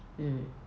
mm